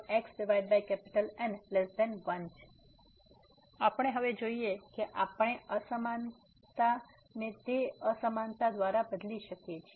તેથી આપણે હવે જોઈએ કે આપણે આસમાનતા ને તે અસમાનતા દ્વારા બદલી શકીએ છીએ